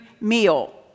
meal